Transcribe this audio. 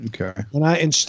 Okay